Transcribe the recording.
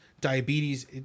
diabetes